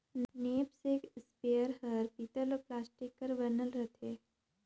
knapsack spare हर पीतल अउ प्लास्टिक कर बनल रथे